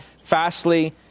Fastly